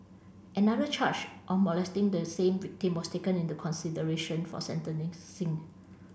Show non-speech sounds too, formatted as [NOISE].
another charge of molesting the same victim was taken into consideration for [UNINTELLIGIBLE]